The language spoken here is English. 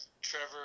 Trevor